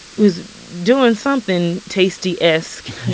was doing something taystee-esque,